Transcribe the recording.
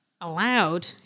allowed